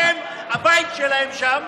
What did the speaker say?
הם, הבית שלהם שם,